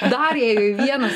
dar į vienas